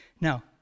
Now